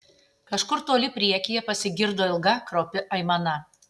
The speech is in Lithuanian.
kažkur toli priekyje pasigirdo ilga kraupi aimana